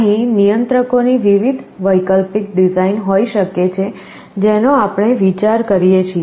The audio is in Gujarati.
અહીં નિયંત્રકોની વિવિધ વૈકલ્પિક ડિઝાઇન હોઈ શકે છે જેનો આપણે વિચાર કરી શકીએ છીએ